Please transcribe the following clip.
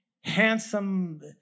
handsome